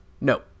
No